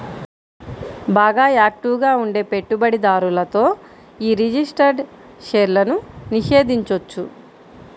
బాగా యాక్టివ్ గా ఉండే పెట్టుబడిదారులతో యీ రిజిస్టర్డ్ షేర్లను నిషేధించొచ్చు